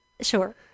Sure